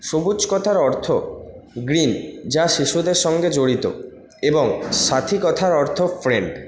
সবুজ কথার অর্থ গ্রীন যা শিশুদের সঙ্গে জড়িত এবং সাথী কথার অর্থ ফ্রেন্ড